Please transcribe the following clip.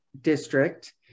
District